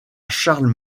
charles